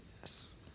Yes